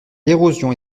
l’érosion